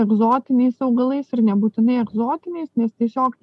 egzotiniais augalais ir nebūtinai egzotiniais nes tiesiog